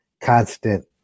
constant